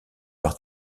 par